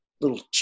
little